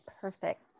Perfect